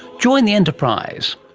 join the enterprise,